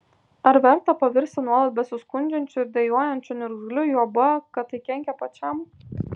ar verta pavirsti nuolat besiskundžiančiu ir dejuojančiu niurgzliu juoba kad tai kenkia pačiam